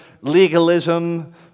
legalism